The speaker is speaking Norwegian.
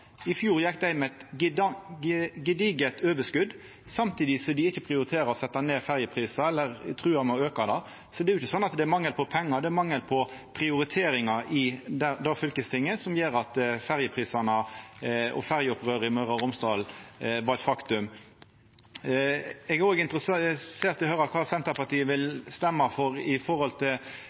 I fjor gjekk dei med eit gedigent overskott samtidig som dei ikkje prioriterte å setja ned ferjeprisane eller trua med å auka dei. Det er ikkje mangel på pengar, men mangel på prioriteringar i det fylkestinget som gjer at ferjeprisane og ferjeopprøret i Møre og Romsdal var eit faktum. Eg er òg interessert i å høyra kva Senterpartiet vil røysta for når det gjeld vårt forslag om å disponera pengar til